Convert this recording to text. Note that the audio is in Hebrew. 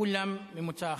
כולם ממוצא אחד.